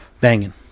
Banging